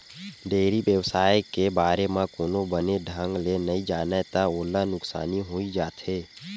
dairy बेवसाय के बारे म कोनो बने ढंग ले नइ जानय त ओला नुकसानी होइ जाथे